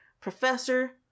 professor